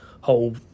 whole